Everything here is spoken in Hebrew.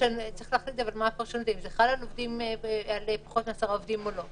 צריך להחליט אם זה חל על פחות מ-10 עובדים או לא.